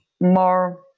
more